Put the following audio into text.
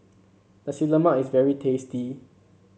Nasi Lemak is very tasty